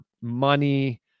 money